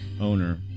owner